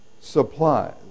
supplies